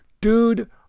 dude